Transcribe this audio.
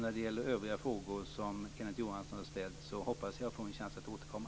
När det gäller övriga frågor som Kenneth Johansson har ställt hoppas jag få en chans att återkomma.